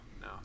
no